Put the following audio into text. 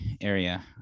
area